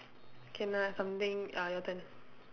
can lah something uh your turn